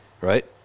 right